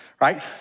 Right